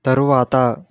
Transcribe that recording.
తరువాత